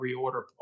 reorder